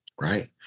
right